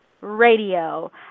Radio